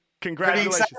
Congratulations